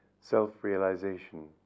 self-realization